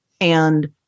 and-